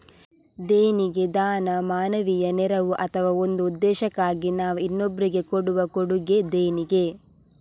ದೇಣಿಗೆ ದಾನ, ಮಾನವೀಯ ನೆರವು ಅಥವಾ ಒಂದು ಉದ್ದೇಶಕ್ಕಾಗಿ ನಾವು ಇನ್ನೊಬ್ರಿಗೆ ಕೊಡುವ ಕೊಡುಗೆ ದೇಣಿಗೆ